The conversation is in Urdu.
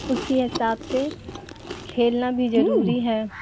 اسی حساب سے کھیلنا بھی ضروری ہے